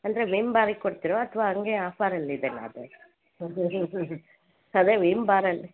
ಅಂದರೆ ವಿಮ್ ಬಾರಿಗೆ ಕೊಡ್ತಿರೋ ಅಥ್ವಾ ಹಂಗೆ ಆಫರಲ್ಲಿ ಇದೇನಾ ಅದು ಅದೇ ವಿಮ್ ಬಾರಲ್ಲಿ